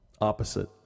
opposite